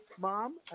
Mom